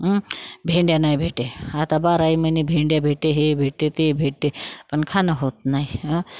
भेंड्या नाही भेटे आता बार आई महिने भेंड्या भेटे हे भेटे ते भेटे पण खाणं होत नाही